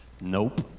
Nope